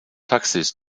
taxis